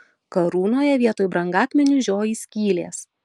karūnoje vietoj brangakmenių žioji skylės